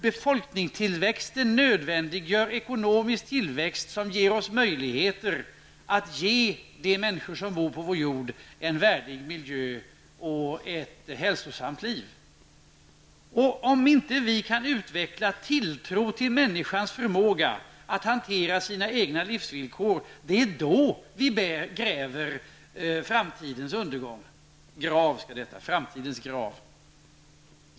Befolkningstillväxten nödvändiggör ekonomisk tillväxt, som ger oss möjlighet att ge människorna på vår jord en värdig miljö och ett hälsosamt liv. Om inte vi kan skapa tilltro till människans förmåga att hantera sina egna livsvillkor gräver vi framtidens grav.